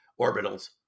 orbitals